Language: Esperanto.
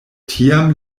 tiam